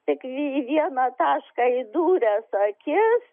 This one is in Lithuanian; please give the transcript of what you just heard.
tik į vieną tašką įdūręs akis